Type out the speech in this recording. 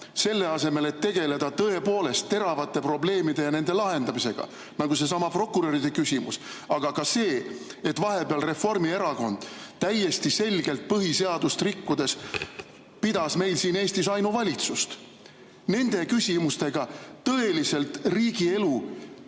selle asemel et tegeleda tõepoolest teravate probleemide lahendamisega, nagu seesama prokuröride küsimus, aga ka see, et vahepeal Reformierakond täiesti selgelt põhiseadust rikkudes pidas meil siin Eestis ainuvalitsust? Nende küsimustega, tõeliselt riigielu